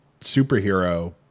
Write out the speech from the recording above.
superhero